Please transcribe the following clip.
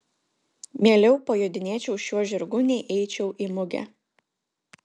mieliau pajodinėčiau šiuo žirgu nei eičiau į mugę